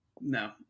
no